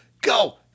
go